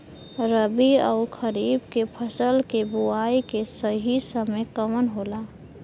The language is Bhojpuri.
रबी अउर खरीफ के फसल के बोआई के सही समय कवन होला?